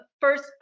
first